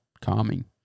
calming